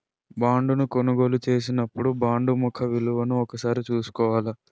బాండును కొనుగోలు చేసినపుడే బాండు ముఖ విలువను ఒకసారి చూసుకోవాల